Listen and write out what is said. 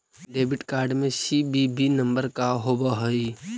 Debit card में CVV number का होव हइ?